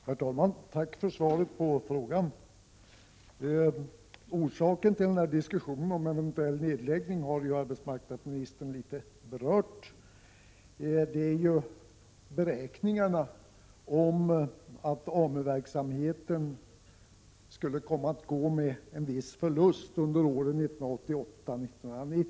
Herr talman! Tack för svaret på min fråga. Orsaken till diskussionen om en eventuell nedläggning av AMU-center i Tumba har arbetsmarknadsministern något berört. Enligt gjorda beräkningar skulle alltså AMU-verksamheten komma att gå med en viss förlust under åren 1988-1990.